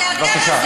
בבקשה.